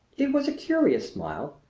it was a curious smile,